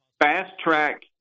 Fast-track